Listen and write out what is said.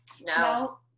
no